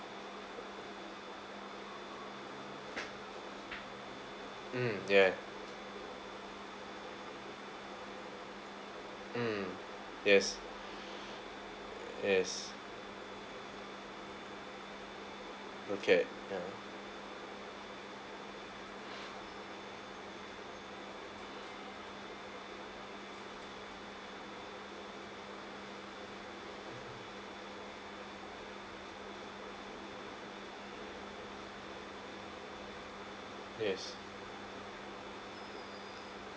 mm ya mm yes yes okay ya yes